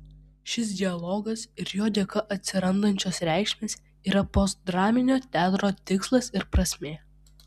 šis dialogas ir jo dėka atsirandančios reikšmės yra postdraminio teatro tikslas ir prasmė